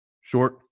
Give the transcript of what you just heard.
short